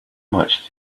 much